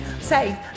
Say